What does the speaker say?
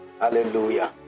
Hallelujah